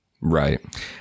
Right